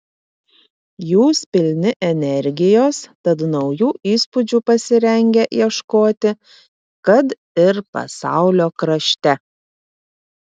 jūs pilni energijos tad naujų įspūdžių pasirengę ieškoti kad ir pasaulio krašte